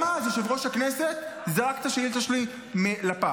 גם אז יושב-ראש הכנסת זרק את השאילתה שלי לפח.